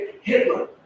Hitler